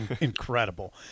incredible